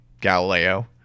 Galileo